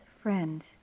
friend